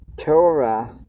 Torah